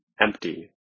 empty